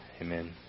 Amen